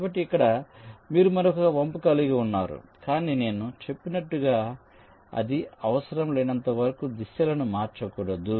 కాబట్టి ఇక్కడ మీరు మరొక వంపు కలిగి ఉన్నారు కానీ నేను చెప్పినట్లుగా అది అవసరం లేనంతవరకు దిశలను మార్చకూడదు